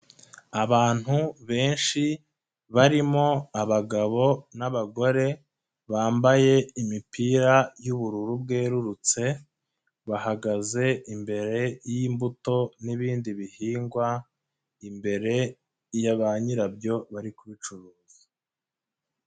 Abantu benshi barimo abagabo n'abagore, bambaye imipira y'ubururu bwerurutse, bahagaze imbere y'imbuto n'ibindi bihingwa, imbere ya ba nyirabyo bari kubicuruza.